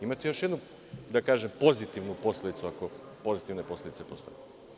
Imate još jednu, da tako kažem, pozitivnu posledicu, ako pozitivne posledice postoje.